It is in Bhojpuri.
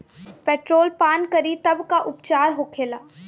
पेट्रोल पान करी तब का उपचार होखेला?